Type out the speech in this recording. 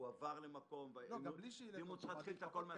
הוא עבר למקום אחר ושאלת האם הוא צריך להתחיל הכול מחדש.